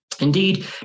Indeed